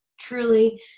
truly